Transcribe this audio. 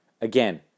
Again